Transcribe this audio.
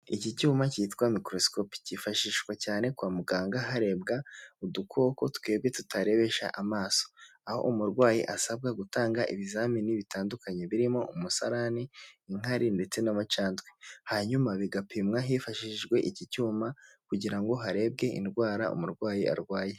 Iki cyuma cyitwa microscope kifashishwa cyane kwa muganga harebwa udukoko twebwe tutarebesha amaso, aho umurwayi asabwa gutanga ibizamini bitandukanye birimo umusarani, inkari, ndetse n'amacandwe. Hanyuma bigapimwa hifashishijwe iki cyuma kugira ngo harebwe indwara umurwayi arwaye.